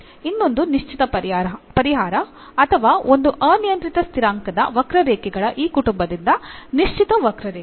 ಇನ್ನೊಂದು ನಿಶ್ಚಿತ ಪರಿಹಾರ ಅಥವಾ ಒಂದು ಅನಿಯಂತ್ರಿತ ಸ್ಥಿರಾಂಕದ ವಕ್ರರೇಖೆಗಳ ಈ ಕುಟುಂಬದಿಂದ ನಿಶ್ಚಿತ ವಕ್ರರೇಖೆ